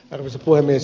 arvoisa puhemies